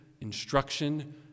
instruction